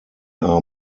are